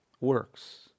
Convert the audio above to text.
works